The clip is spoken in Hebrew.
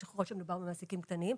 ככל שמדובר במעסיקים קטנים,